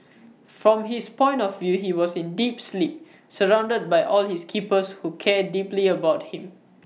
from his point of view he was in deep sleep surrounded by all his keepers who care deeply about him